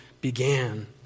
began